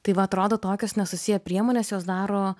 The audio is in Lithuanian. tai va atrodo tokios nesusiję priemonės jos daro